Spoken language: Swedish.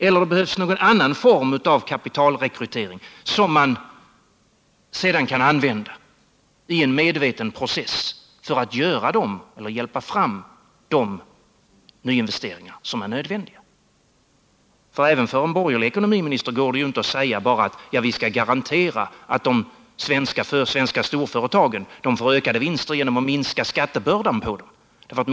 Eller behövs det någon annan form av kapitalrekrytering för att få kapital som man sedan kan använda i en medveten process för att hjälpa fram de nyinvesteringar som är nödvändiga? Även för en borgerlig ekonomiminister går det inte att bara säga: Vi skall garantera att de svenska storföretagen får ökade vinster genom att minska skattebördan för dem.